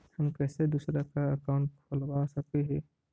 हम कैसे दूसरा का अकाउंट खोलबा सकी ही?